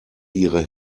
ihre